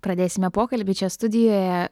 pradėsime pokalbį čia studijoje